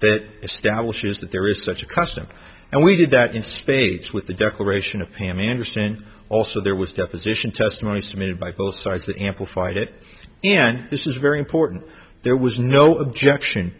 that establishes that there is such a custom and we did that in spades with the declaration of pami understand also there was deposition testimony submitted by both sides that amplified it and this is very important there was no objection